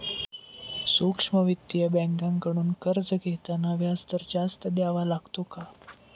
सूक्ष्म वित्तीय बँकांकडून कर्ज घेताना व्याजदर जास्त द्यावा लागतो का?